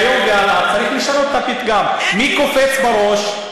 מהיום והלאה צריך לשנות את הפתגם: מי קופץ בראש?